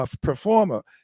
performer